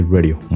Radio